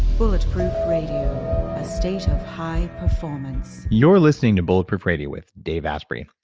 bulletproof radio, a state of high performance. you're listening to bulletproof radio with dave asprey.